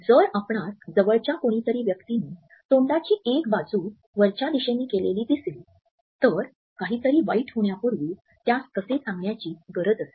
जर आपणास जवळच्या कोणीतरी व्यक्तीने तोंडाची एकच बाजू वरच्या दिशेने केलेली दिसली तर काहीतरी वाईट होण्यापूर्वी त्यास तसे सांगण्याची गरज असते